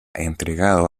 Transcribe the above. entregado